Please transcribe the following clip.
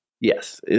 Yes